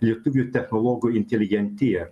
lietuvių technologų inteligentiją